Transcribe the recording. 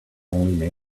only